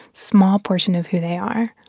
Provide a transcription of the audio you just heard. small portion of who they are,